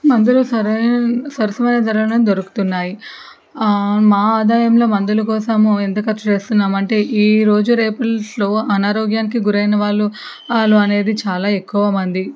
మందులు స్వరయం సరఫరా జరగడం జరుగుతున్నాయి మా ఆదాయంలో మందులు కోసము ఎంత ఖర్చు చేస్తున్నాం అంటే ఈరోజు రేపసలు అనారోగ్యానికి గురైన వాళ్ళు వాళ్ళు అనేది చాలా ఎక్కువ మంది